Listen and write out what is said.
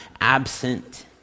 absent